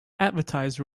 advertise